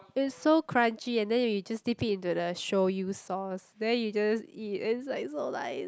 it's so crunchy and then you just dip it into the shoyu sauce then you just eat and it's like so nice